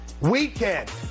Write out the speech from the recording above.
weekend